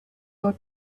your